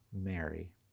Mary